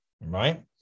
Right